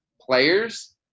players